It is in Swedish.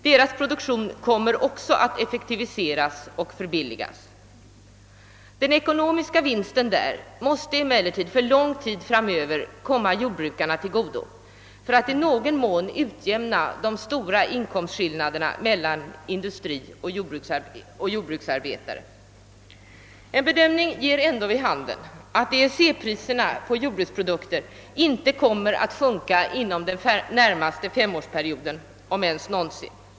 Deras produktion kommer också att effektiveras och förbilligas. Den ekonomiska vinsten måste emellertid för lång tid framöver komma jordbrukarna till godo för att i någon mån utjämna de stora inkomstskillnaderna mellan industrioch jordbruksarbetare. En bedömning ger ändå vid handen att EEC-priserna på jordbruksprodukter inte kommer att sjunka inom den närmaste femårsperioden, om ens någonsin.